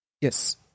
Yes